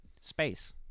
Space